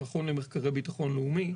המכון למרכזי ביטחון לאומי,